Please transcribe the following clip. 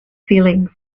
feelings